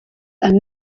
and